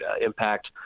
impact